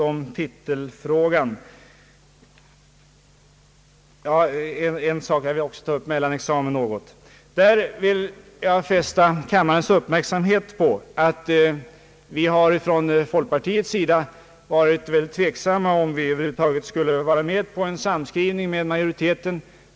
I fråga om mellanexamen vill jag fästa kammarens uppmärksamhet på att vi från folkpartiets sida varit tveksamma om vi över huvud taget skulle vara med på en samskrivning med majoriteten.